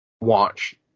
watch